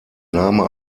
name